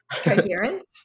coherence